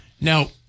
Now